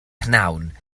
pnawn